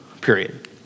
period